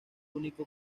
único